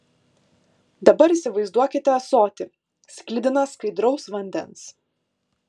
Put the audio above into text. dabar įsivaizduokite ąsotį sklidiną skaidraus vandens